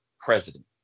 president